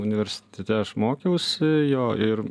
universitete aš mokiausi jo ir